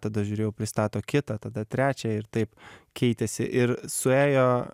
tada žiūrėjau pristato kitą tada trečią ir taip keitėsi ir suėjo